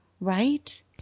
Right